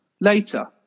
later